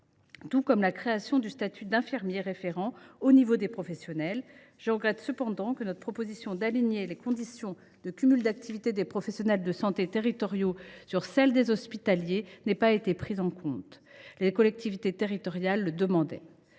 tout comme celle du statut d’infirmier référent au niveau des professionnels. Je regrette cependant que notre proposition d’aligner les conditions de cumul d’activités des professionnels de santé territoriaux sur celles des hospitaliers n’ait pas été prise en compte ; les collectivités territoriales le demandaient.